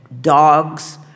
dogs